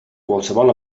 qualsevol